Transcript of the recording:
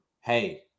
hey